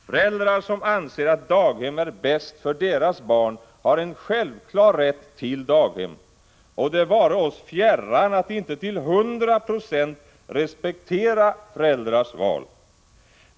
Föräldrar som anser att daghem är bäst för deras barn har en självklar rätt till daghem, och det vare oss fjärran att inte till 100 96 respektera föräldrars val.